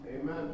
Amen